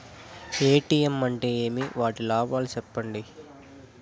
ATM అంటే ఏమి? వాటి లాభాలు సెప్పండి?